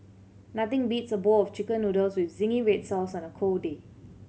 nothing beats a bowl of Chicken Noodles with zingy red sauce on a cold day